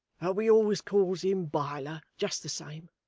we always calls him biler just the same.